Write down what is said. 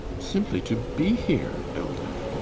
simply to be here, hilda!